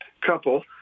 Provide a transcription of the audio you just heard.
couple